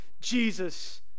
Jesus